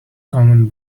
common